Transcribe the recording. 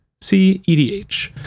cedh